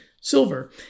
silver